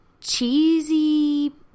cheesy